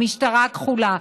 המשטרה הכחולה,